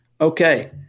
Okay